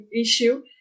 issue